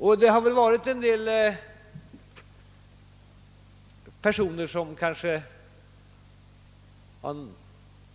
En del personer har kanske